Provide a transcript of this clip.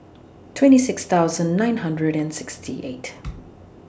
twenty six thousand nine hundred and sixty eight